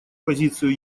позицию